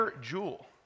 jewel